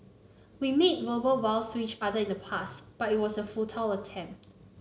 we made verbal vows to each other in the past but it was a futile attempt